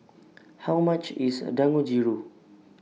How much IS A Dangojiru